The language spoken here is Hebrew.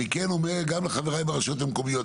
אני כן אומר לחבריי ברשויות המקומיות,